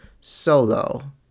solo